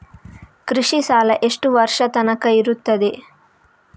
ಕೃಷಿ ಸಾಲ ಎಷ್ಟು ವರ್ಷ ತನಕ ಇರುತ್ತದೆ?